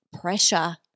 pressure